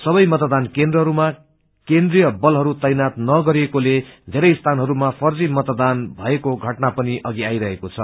सबै मतदान केन्द्रहरूमा केन्द्रीय बलहरू तैनाथ नगरिएकोले धेरै स्थानहरूमा फर्जी मतदान भएको घटना पनि अघि आइहरेको छ